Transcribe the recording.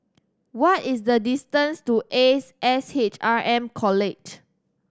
what is the distance to Ace S H R M College